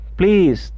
please